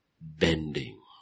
bending